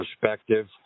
perspective